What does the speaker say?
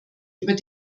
über